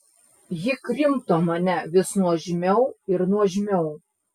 ji krimto mane vis nuožmiau ir nuožmiau